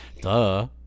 Duh